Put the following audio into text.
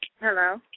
Hello